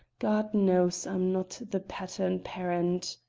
god knows, i am not the pattern parent!